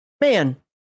man